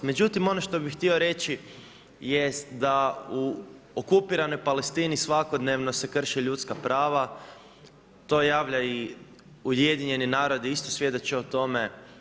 Međutim ono što bi htio reći jest da u okupiranoj Palestini svakodnevno se krše ljudska prava, to javlja i UN isto svjedoče o tome.